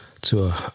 Zur